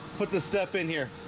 put this step in here